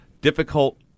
difficult